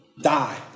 Die